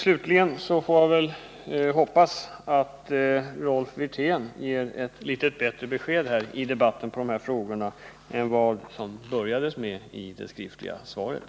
Slutligen får jag hoppas att Rolf Wirtén ger litet bättre besked här i debatten när det gäller dessa frågor än vad han började med att ge i det skriftliga svaret.